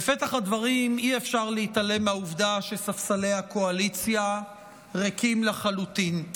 בפתח הדברים אי-אפשר להתעלם מהעובדה שספסלי הקואליציה ריקים לחלוטין.